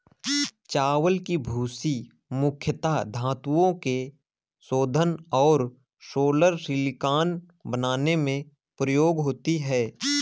चावल की भूसी मुख्यता धातुओं के शोधन और सोलर सिलिकॉन बनाने में प्रयोग होती है